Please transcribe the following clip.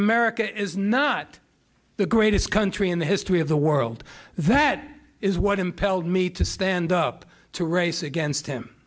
america is not the greatest country in the history of the world that is what impelled me to stand up to race against him